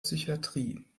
psychiatrie